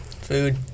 Food